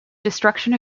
destruction